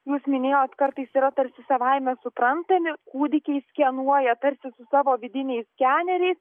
jūs minėjot kartais yra tarsi savaime suprantami kūdikiai skenuoja tarsi su savo vidiniais skeneriais